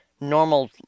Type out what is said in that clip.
normal